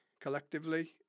collectively